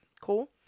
Cool